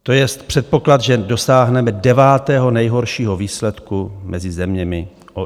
To jest předpoklad, že dosáhneme devátého nejhoršího výsledku mezi zeměmi OECD.